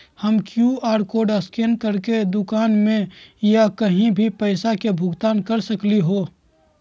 हम QR code scan करके दुकान में या कहीं भी पैसा के भुगतान कर सकली ह?